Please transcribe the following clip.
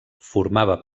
formava